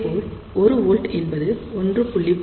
அதே போல் 1 V என்பது 1